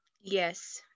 Yes